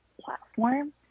platform